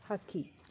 ಹಕ್ಕಿ